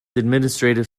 administrative